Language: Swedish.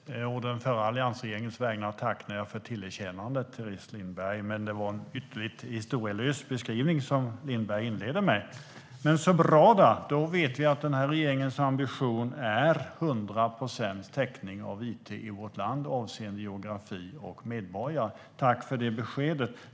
Fru talman! Å den förra alliansregeringens vägnar tackar jag för tillerkännandet, Teres Lindberg. Det var en ytterligt historielös beskrivning som Lindberg inledde med. Men så bra då - då vet vi att den här regeringens ambition är 100 procents täckning av it i vårt land avseende geografi och medborgare. Tack för det beskedet!